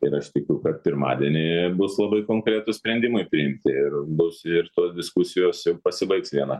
ir aš tikiu kad pirmadienį bus labai konkretūs sprendimai priimti ir bus ir tos diskusijos pasibaigs vieną